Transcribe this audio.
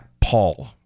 Paul